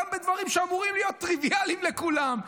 גם בדברים שאמורים להיות טריוויאליים לכולם,